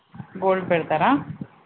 gold పెడతారా